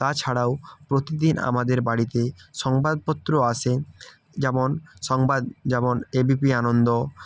তাছাড়াও প্রতিদিন আমাদের বাড়িকে সংবাদপত্র আসে যেমন সংবাদ যেমন এবিপি আনন্দ